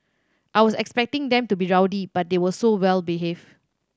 I was expecting them to be rowdy but they were so well behaved